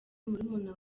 murumuna